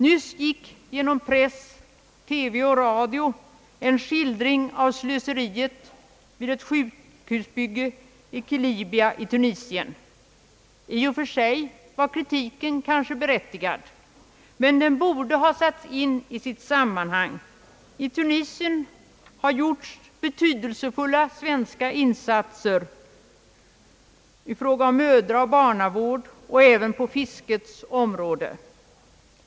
Nyss gick genom press, TV och radio en skildring av slöseriet vid ett sjukhusbygge i Kelibia i Tunisien. I och för sig var kritiken kanske berättigad, men den borde satts in sitt sammanhang. I Tunisien har gjorts betydelsefulla svenska insatser i fråga om mödraoch barnavård och även på fiskets område.